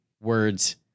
words